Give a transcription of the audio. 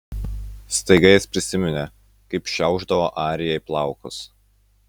staiga jis prisiminė kaip šiaušdavo arijai plaukus